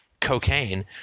cocaine